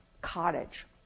cottage